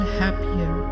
happier